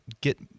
get